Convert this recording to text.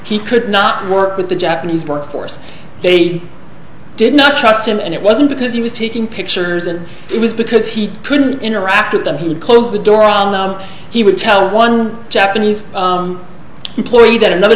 he could not work with the japanese workforce they did not trust him and it wasn't because he was taking pictures and it was because he couldn't interact with them he would close the door on them he would tell one japanese employee that another